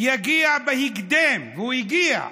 יגיע בהקדם, והוא הגיע,